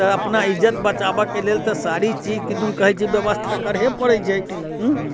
अपना इज्जत बचाबऽ के लेल तऽ सारी चीज किदुन कहैत छै व्यवस्था करहे पड़ैत छै हूँ